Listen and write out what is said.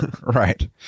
Right